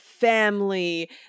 family